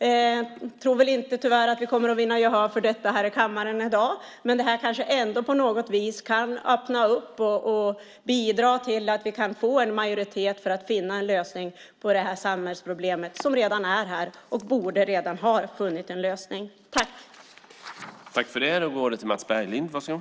Tyvärr tror jag inte att vi kommer att vinna gehör för detta här i kammaren i dag, men det kanske ändå på något vis kan öppna och bidra till att vi kan få en majoritet för att finna en lösning på det samhällsproblem som redan är här och som vi redan borde ha funnit en lösning på.